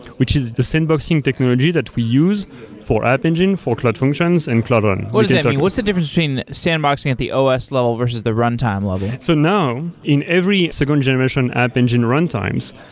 which is the sandboxing technology that we use for app engine, for cloud functions and cloud run. what does that mean? what's the difference between sandboxing at the os level versus the runtime level? so now, in every second generation app engine runtimes,